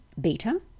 BETA